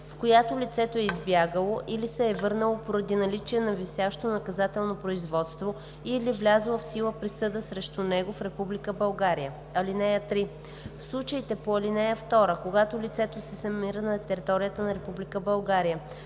в която лицето е избягало или се е върнало поради наличие на висящо наказателно производство или влязла в сила присъда срещу него в Република България. (3) В случаите по ал. 2, когато лицето се намира на територията на